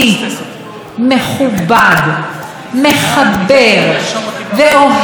מחבר ואוהב של נשיא המדינה,